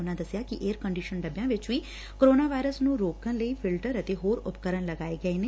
ਉਨਾਂ ਦਸਿਆ ਕਿ ਏਅਰ ਕੰਡੀਸ਼ਨ ਡੱਬਿਆਂ ਵਿਚ ਵੀ ਕੋਰੋਨਾ ਵਾਇਰਸ ਨੂੰ ਰੋਕਣ ਲਈ ਫਿਲਟਰ ਅਤੇ ਹੋਰ ਉਪਕਰਨ ਲਗਾਏ ਗਏ ਨੇ